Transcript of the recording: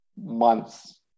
months